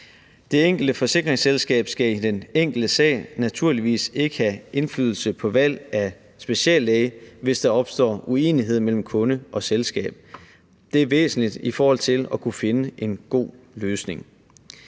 Det enkelte forsikringsselskab skal i den enkelte sag naturligvis ikke have indflydelse på valg af speciallæge, hvis der opstår uenighed mellem kunde og selskab. Det er væsentligt i forhold til at kunne finde en god løsning.